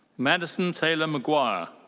madison taylor maguire.